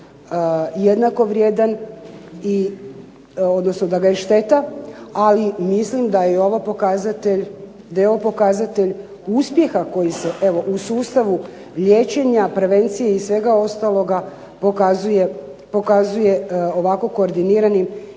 jednako vrijedan, odnosno da ga je šteta. Ali mislim da je i ovo pokazatelj uspjeha koji se evo u sustavu liječenja prevencije i svega ostaloga pokazuje ovako koordiniranim